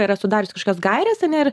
yra sudariusi kažkokias gaires ane ir